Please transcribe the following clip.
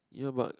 you know but